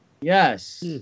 Yes